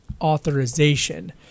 authorization